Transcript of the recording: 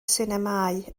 sinemâu